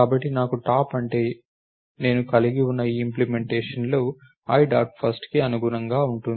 కాబట్టి నాకు టాప్ అంటే నేను కలిగి ఉన్న ఈ ఇంప్లిమెంటేషన్లో l డాట్ ఫస్ట్ కి అనుగుణంగా ఉంటుంది